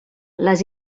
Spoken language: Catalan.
les